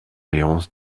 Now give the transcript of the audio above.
léonce